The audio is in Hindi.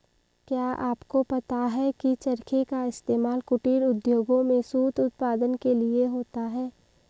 क्या आपको पता है की चरखे का इस्तेमाल कुटीर उद्योगों में सूत उत्पादन के लिए होता है